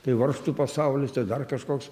tai varžtų pasaulis tai dar kažkoks